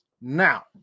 Now